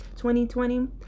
2020